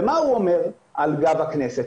ומה הוא אומר על גב הכנסת?